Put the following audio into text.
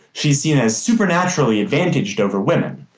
she's seen as supernaturally advantaged over women.